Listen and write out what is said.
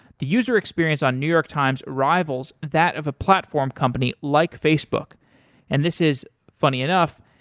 the user experience on new york times rivals that of a platform company like facebook and this is, funny enough,